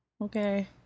Okay